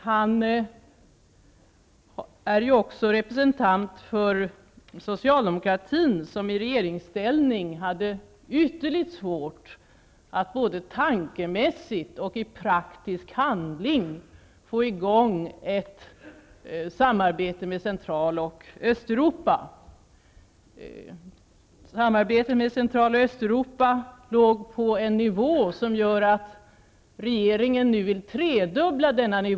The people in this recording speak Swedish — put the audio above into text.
Han är ju också representant för socialdemokratin, som i regeringställning hade ytterligt svårt att både tankemässigt och i praktisk handling få i gång ett samarbete med Central och Östeuropa. Samarbetet med Central och Östeuropa låg på en så låg nivå att regeringen nu vill höja nivån så att omfattningen blir tre gånger större.